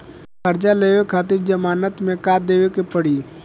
कर्जा लेवे खातिर जमानत मे का देवे के पड़ी?